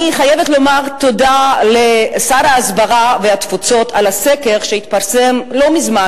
אני חייבת לומר תודה לשר ההסברה והתפוצות על הסקר שהתפרסם לא מזמן,